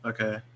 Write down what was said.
Okay